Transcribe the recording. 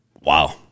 Wow